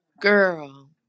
Girl